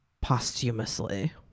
posthumously